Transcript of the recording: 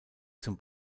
zum